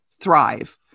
thrive